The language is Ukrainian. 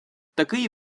такий